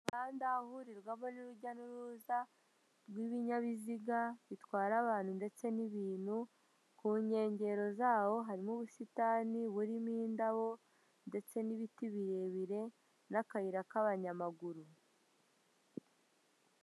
Umuhanda uhurirwamo n'urujya n'uruza rw'ibinyabiziga bitwara abantu ndetse n'ibintu, ku nkengero zawo harimo ubusitani burimo indabo ndetse n'ibiti birebire n'akayira k'abanyamaguru.